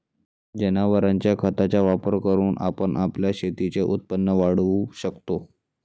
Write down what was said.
जनावरांच्या खताचा वापर करून आपण आपल्या शेतीचे उत्पन्न वाढवू शकतो